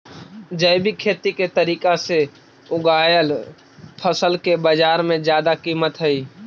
जैविक खेती के तरीका से उगाएल फसल के बाजार में जादा कीमत हई